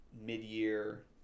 mid-year